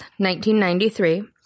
1993